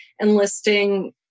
enlisting